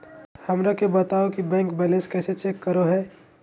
हमरा के बताओ कि बैंक बैलेंस कैसे चेक करो है?